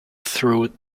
through